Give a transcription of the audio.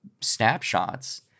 snapshots